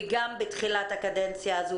וגם בתחילת הקדנציה הזו,